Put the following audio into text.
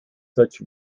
such